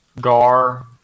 gar